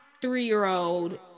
three-year-old